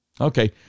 Okay